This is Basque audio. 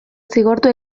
zigortu